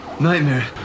nightmare